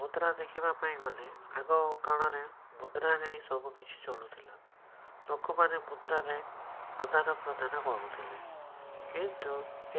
ମୁଦ୍ରା ଦେଖିବାପାଇଁ ଗଲେ ଆଗ କାଳରେ ମୁଦ୍ରାରେ ହିଁ ସବୁକିଛି ଚଳୁଥିଲା ଲୋକମାନେ ମୁଦ୍ରା ରେ ଆଦାନ ପ୍ରଦାନ କରୁଥିଲେ କିନ୍ତୁ